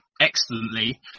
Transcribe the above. excellently